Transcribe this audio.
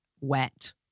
wet